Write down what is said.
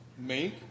Make